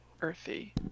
Earthy